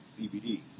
CBD